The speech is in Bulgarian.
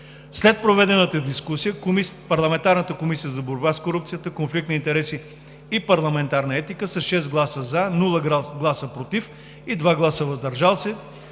След проведената дискусия Комисията за борба с корупцията, конфликт на интереси и парламентарна етика с 6 гласа „за“, без „против“ и 2 гласа „въздържал се“